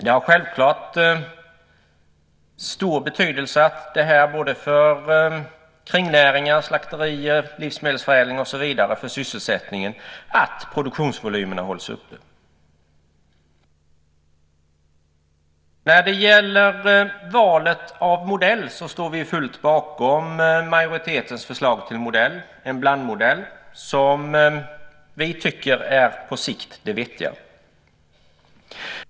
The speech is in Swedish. Det har självklart stor betydelse både för kringnäringar som slakterier och livsmedelsförädling och för sysselsättningen att produktionsvolymerna hålls uppe. Vi står helt bakom majoritetens förslag till modell. Det är en blandmodell som vi tycker är det vettiga på sikt.